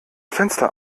fenster